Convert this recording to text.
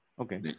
okay